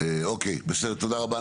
אוקיי, בסדר, תודה רבה.